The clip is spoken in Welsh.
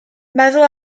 meddwl